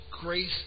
grace